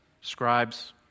scribes